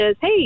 Hey